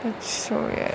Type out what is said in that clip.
that's so weird